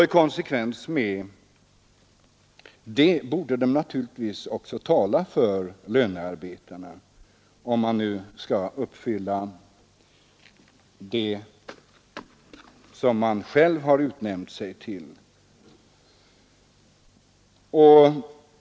I konsekvens härmed borde centern naturligtvis också tala för lönearbetarna, om man nu skall uppfylla det man självt har utnämnt sig till.